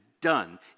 done